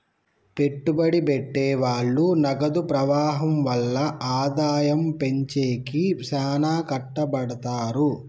పెట్టుబడి పెట్టె వాళ్ళు నగదు ప్రవాహం వల్ల ఆదాయం పెంచేకి శ్యానా కట్టపడతారు